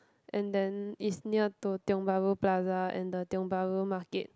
and then is near to Tiong-Bahru Plaza and the Tiong-Bahru Market